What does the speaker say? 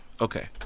okay